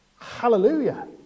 Hallelujah